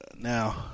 Now